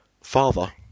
father